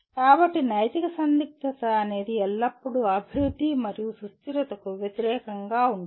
కాబట్టి నైతిక సందిగ్ధత అనేది ఎల్లప్పుడూ అభివృద్ధి మరియు సుస్థిరతకు వ్యతిరేకంగా ఉంటుంది